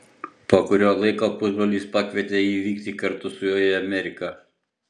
po kurio laiko pusbrolis pakvietė jį vykti kartu su juo į ameriką